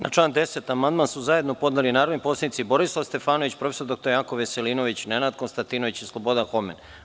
Na član 10. amandman su zajedno podneli narodni poslanici Borislav Stefanović, prof. dr Janko Veselinović, Nenad Konstantinović i Slobodan Homen.